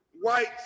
white